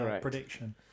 prediction